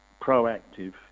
proactive